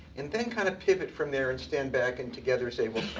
and then kind of pivot from there, and stand back, and together say, well,